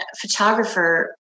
photographer